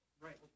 Right